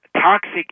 toxic